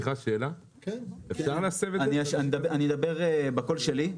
אני אדבר בקול שלי,